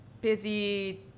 busy